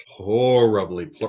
Horribly